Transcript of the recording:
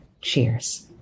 Cheers